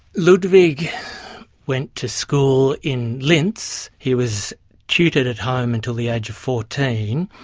ludwig went to school in linz, he was tutored at home until the age of fourteen,